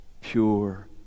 pure